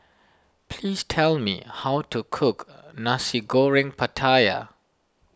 please tell me how to cook Nasi Goreng Pattaya